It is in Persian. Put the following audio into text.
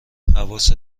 حواست